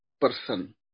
person